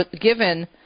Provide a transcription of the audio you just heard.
given